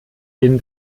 den